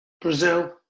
Brazil